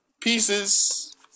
pieces